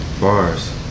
Bars